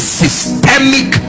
systemic